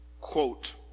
quote